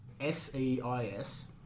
S-E-I-S